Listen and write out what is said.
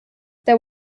there